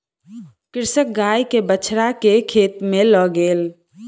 कृषक गाय के बछड़ा के खेत में लअ गेल